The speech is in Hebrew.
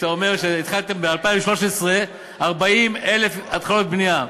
שאתה אומר שהתחלתם ב-2013 40,000 התחלות בנייה.